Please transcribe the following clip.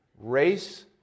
Race